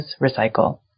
recycle